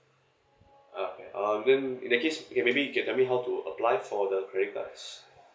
oh okay um then in that case okay maybe you can tell me how to apply for the credit cards